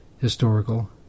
historical